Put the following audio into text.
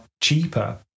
cheaper